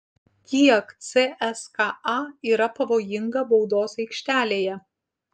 kiek cska yra pavojinga baudos aikštelėje